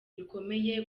bikomeye